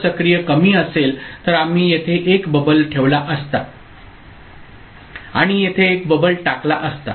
जर सक्रिय कमी असेल तर आम्ही येथे एक बबल ठेवला असता आणि येथे एक बबल टाकला असता